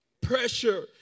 pressure